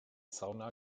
sauna